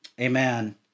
amen